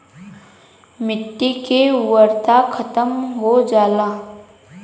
मट्टी के उर्वरता खतम हो जाला